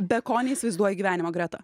be ko neįsivaizduoji gyvenimo greta